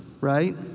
right